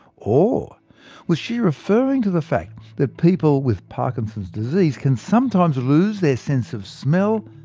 or was she referring to the fact that people with parkinson's disease can sometimes lose their sense of smell?